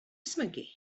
ysmygu